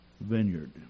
vineyard